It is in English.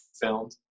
filmed